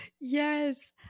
Yes